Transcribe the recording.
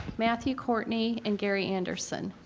matthew courtney and gary anderson.